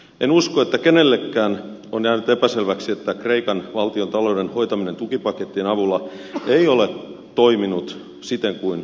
en usko että kenellekään on jäänyt epäselväksi että kreikan valtiontalouden hoitaminen tukipakettien avulla ei ole toiminut siten kuin toivottiin